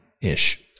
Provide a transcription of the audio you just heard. ish